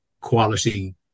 quality